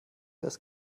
das